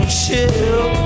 chill